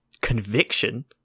conviction